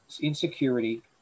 Insecurity